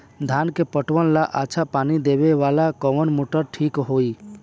धान के पटवन ला अच्छा पानी देवे वाला कवन मोटर ठीक होई?